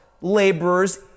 laborers